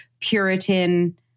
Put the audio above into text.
Puritan